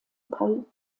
paul